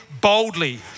boldly